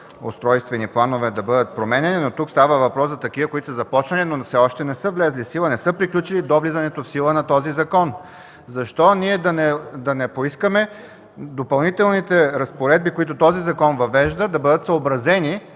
устройствени планове да бъдат променяни, но тук става въпрос за такива, които са започнали, но все още не са влезли в сила, не са приключили до влизането в сила на този закон. Защо ние да не поискаме Допълнителните разпоредби, които този закон въвежда, да бъдат съобразени